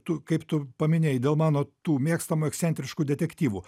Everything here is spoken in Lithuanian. tu kaip tu paminėjai dėl mano tų mėgstamų ekscentriškų detektyvų